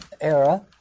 era